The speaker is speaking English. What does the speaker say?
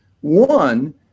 One